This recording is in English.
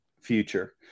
future